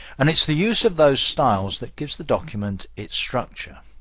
and it's the use of those styles that gives the document its structure.